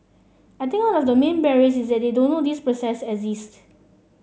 I think one of the main barriers is that they don't know these processes